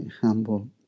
humble